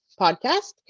podcast